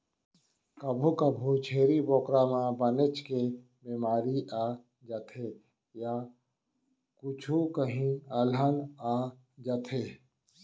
कभू कभू छेरी बोकरा म बनेच के बेमारी आ जाथे य कुछु काही अलहन आ जाथे